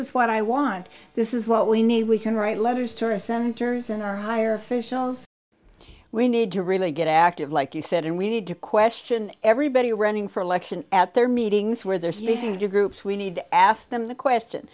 is what i want this is what we need we can write letters tourist centers in our higher officials we need to really get active like you said and we need to question everybody running for election at their meetings where they're speaking to groups we need to ask them the question